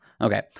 Okay